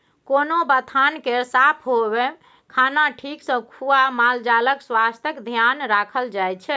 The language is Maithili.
कोनो बथान केर साफ होएब, खाना ठीक सँ खुआ मालजालक स्वास्थ्यक धेआन राखल जाइ छै